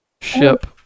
ship